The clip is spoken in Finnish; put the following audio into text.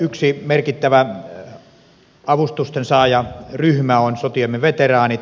yksi merkittävä avustusten saajaryhmä on sotiemme veteraanit